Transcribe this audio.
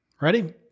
Ready